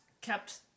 kept